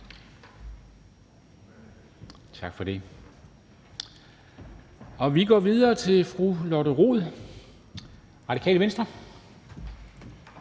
bemærkninger. Vi går videre til fru Lotte Rod, Radikale Venstre.